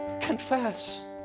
confess